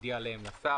הודיע עליהם לשר.